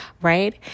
right